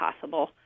possible